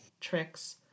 tricks